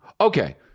Okay